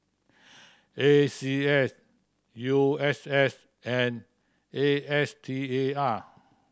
A C S U S S and A S T A R